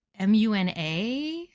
MUNA